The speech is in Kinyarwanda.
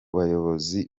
buyobozi